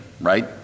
right